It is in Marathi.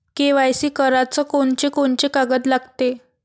के.वाय.सी कराच कोनचे कोनचे कागद लागते?